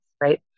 right